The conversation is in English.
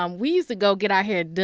um we used to go get our hair done.